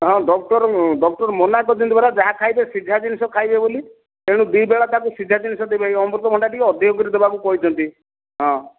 ହଁ doctor doctor ମନା କରିଛନ୍ତି ପରା ଯାହା ଖାଇବେ ସିଝା ଜିନିଷ ଖାଇବେ ବୋଲି ତେଣୁ ଦୁଇ ବେଳା ତାଙ୍କୁ ସିଝା ଜିନିଷ ଦେବେ ଅମୃତଭଣ୍ଡା ଟିକେ ଅଧିକକରି ଦେବାକୁ କହିଛନ୍ତି ହଁ